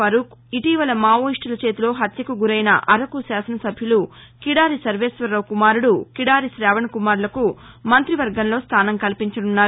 ఫరూక్ ఇటీవల మావోయిస్టుల చేతిలో హత్యకు గురైన అరకు శాసనసభ్యులు కిడారి సర్వేశ్వరరావు కుమారుడు కిడారి శావణ్ కుమార్లకు మంతి వర్గంలో స్థానం కల్పించనున్నారు